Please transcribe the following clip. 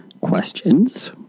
questions